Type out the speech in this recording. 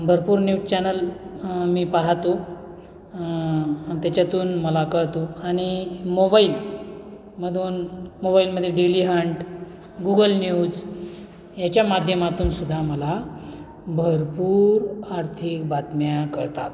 भरपूर news channel मी पाहतो त्याच्यातून मला कळतो आणि मोबाईलमधून मोबाईलमध्ये डेली हंट गुगल न्यूज याच्या माध्यमातून सुद्धा मला भरपूर आर्थिक बातम्या कळतात